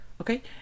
Okay